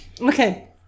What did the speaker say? okay